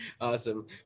Awesome